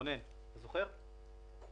רונן, האם אתה זוכר?